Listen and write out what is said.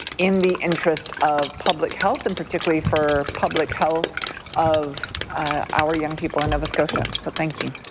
in the interest of public health and particularly for public health of our young people in nova scotia. so thank you.